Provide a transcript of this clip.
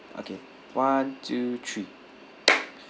okay one two three